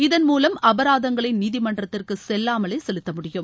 இதன் மூலம் அபராதங்களை நீதிமன்றத்திற்கு செல்லாமலே செலுத்த முடியும்